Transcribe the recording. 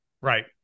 Right